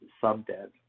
sub-debt